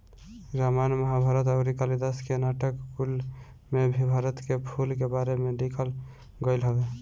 रामायण महाभारत अउरी कालिदास के नाटक कुल में भी भारत के फूल के बारे में लिखल गईल हवे